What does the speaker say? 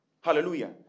Hallelujah